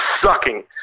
sucking